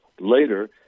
later